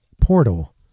portal